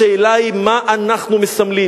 השאלה היא מה אנחנו מסמלים.